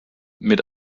mit